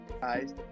Guys